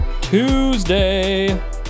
Tuesday